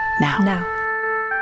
Now